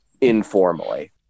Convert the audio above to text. informally